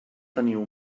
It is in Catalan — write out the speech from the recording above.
teniu